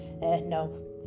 no